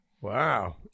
Wow